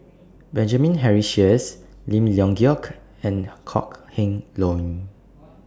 Benjamin Henry Sheares Lim Leong Geok and Kok Heng Leun